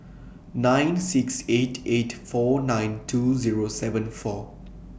nine six eight eight four nine two Zero seven four